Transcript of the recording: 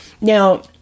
Now